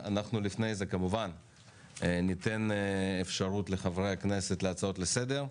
לפני כן כמובן ניתן אפשרות לחברי הכנסת להצעות לסדר.